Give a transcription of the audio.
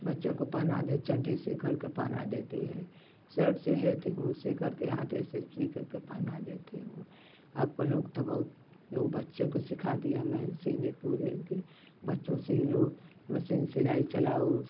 बच्चों को पहना दे चड्ढी सीकर के पहना देती है सर्ट सिल लेती हूँ सीकर के हाथ से सब सीकर के पहना देती हूँ अब के लोग तो बहुत लोग बच्चों को सिखा दिया मैंने सीने पूरे के बच्चों सी लो मसीन सिलाई चलाओ